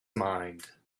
mind